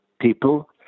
people